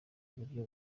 buryo